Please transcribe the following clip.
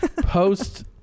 post